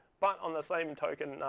but on the same token,